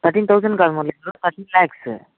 thirteen thousand కాదు Murali garu thirteen lakhs